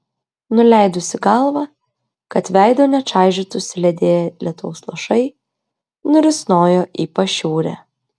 nuleidusi galvą kad veido nečaižytų suledėję lietaus lašai nurisnojo į pašiūrę